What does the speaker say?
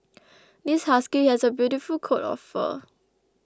this husky has a beautiful coat of fur